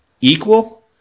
equal